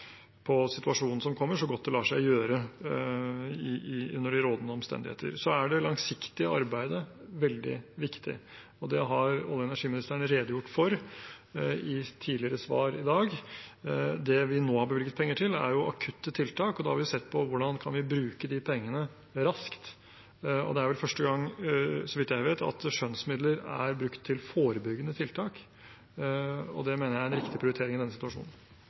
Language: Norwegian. det lar seg gjøre under de rådende omstendigheter. Så er det langsiktige arbeidet veldig viktig, og det har olje- og energiministeren redegjort for i tidligere svar i dag. Det vi nå har bevilget penger til, er akutte tiltak. Da har vi sett på hvordan vi kan bruke de pengene raskt, og det er vel første gang, så vidt jeg vet, at skjønnsmidler er brukt til forebyggende tiltak. Det mener jeg er riktig prioritering i denne situasjonen.